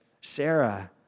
Sarah